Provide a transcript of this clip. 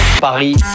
Paris